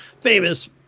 Famous